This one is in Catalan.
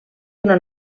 una